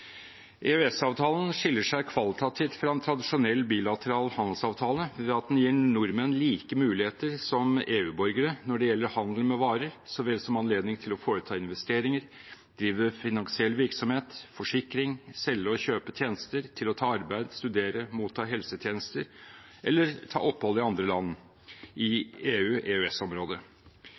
skiller seg kvalitativt fra en tradisjonell, bilateral handelsavtale ved at den gir nordmenn like muligheter som EU-borgere når det gjelder handel med varer så vel som anledning til å foreta investeringer, drive finansiell virksomhet og forsikring, selge og kjøpe tjenester, og til å ta arbeid, studere, motta helsetjenester, eller ta opphold i andre land i